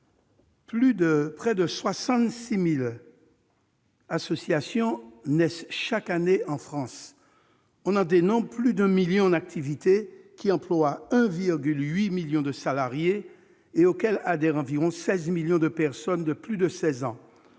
Près de 65 000 associations naissent chaque année en France. On en dénombre plus d'un million en activité qui emploient 1,8 million de salariés et auxquelles adhèrent environ 16 millions de personnes de plus de 16 ans.